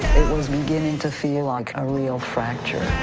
was beginning to feel like a real fracture.